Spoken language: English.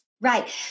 right